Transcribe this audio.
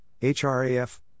HRAF